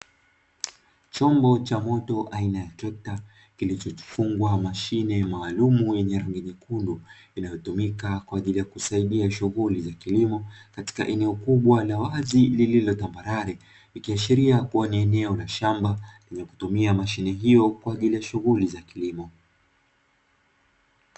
Chombo cha moto aina ya trekta, kikichofungwa mashine maalumu yeny rangi nyekundu, inayotumika kwa ajili ya kusaidia shughuli za kilimo, katika eneo kubwa la wazi lililotambarare, ikiashiria kuwa ni eneo la shamba, lenye kutumia mashine hiyo kwa ajili ya shughuli za kilimo.